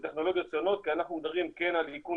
זה טכנולוגיות שונות כי אנחנו כן מדברים על איכון